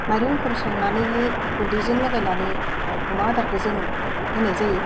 माइरं एंखुर संनानैहै गुन्दैजों लगायनानै अमा आदारखो जों होनाय जायो